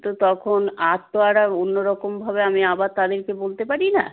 তো তখন আর তো আর অন্য রকমভাবে আমি আবার তাদেরকে বলতে পারি না